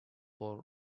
for